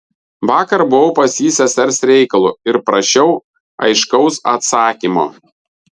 vakar buvau pas jį sesers reikalu ir prašiau aiškaus atsakymo